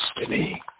destiny